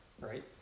right